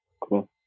cool